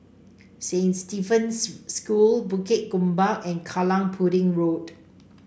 Saint Stephen's School Bukit Gombak and Kallang Pudding Road